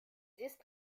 ist